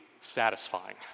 satisfying